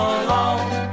alone